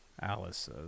Alice